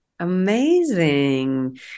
amazing